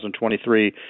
2023